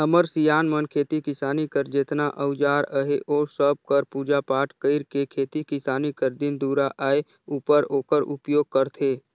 हमर सियान मन खेती किसानी कर जेतना अउजार अहे ओ सब कर पूजा पाठ कइर के खेती किसानी कर दिन दुरा आए उपर ओकर उपियोग करथे